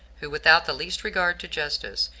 who, without the least regard to justice,